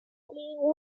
sampling